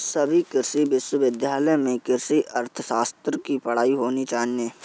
सभी कृषि विश्वविद्यालय में कृषि अर्थशास्त्र की पढ़ाई होनी चाहिए